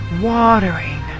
watering